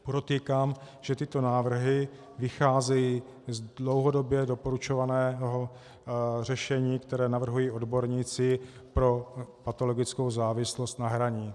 Podotýkám, že tyto návrhy vycházejí z dlouhodobě doporučovaného řešení, které navrhují odborníci pro patologickou závislost na hraní.